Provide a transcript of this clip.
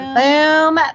Boom